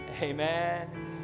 amen